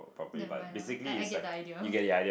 never mind lah I I get the idea